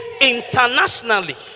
internationally